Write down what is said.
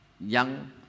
young